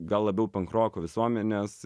gal labiau pankroko visuomenės